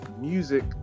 music